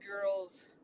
girl's